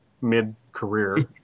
mid-career